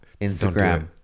Instagram